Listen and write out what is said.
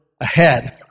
ahead